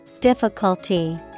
Difficulty